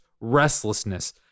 restlessness